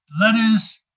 letters